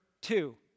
two